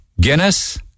Guinness